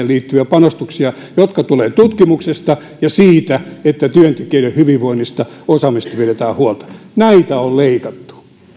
liittyviä panostuksia osaaminen ja tuottavuuden nostaminen tulevat tutkimuksesta ja siitä että työntekijöiden hyvinvoinnista ja osaamisesta pidetään huolta näitä on leikattu